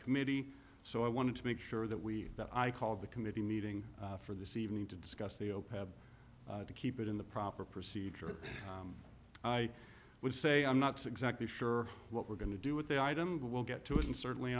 committee so i wanted to make sure that we that i called the committee meeting for this evening to discuss the open to keep it in the proper procedure i would say i'm not sure what we're going to do with the item but we'll get to it and certainly